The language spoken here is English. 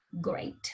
great